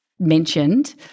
mentioned